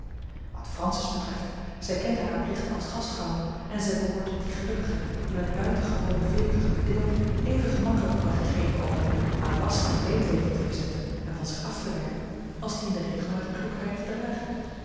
wat francis betreft zij kent hare plichten als gastvrouw en zij behoort tot die gelukkigen die met buitengewone veerkracht bedeeld even gemakkelijk op een gegeven oogenblik haar last en leed weten te verzetten en van zich af te werpen als die in den regel met kloekheid te dragen